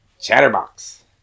Chatterbox